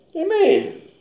Amen